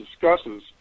discusses